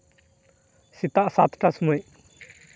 ᱥᱮᱛᱟᱜ ᱥᱟᱛᱴᱟ ᱥᱚᱢᱚᱭ